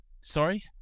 Sorry